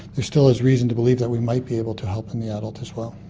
there still is reason to believe that we might be able to help in the adult as well.